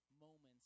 moments